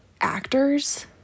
actors